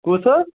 کُس حظ